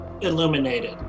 illuminated